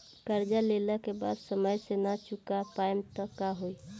कर्जा लेला के बाद समय से ना चुका पाएम त का होई?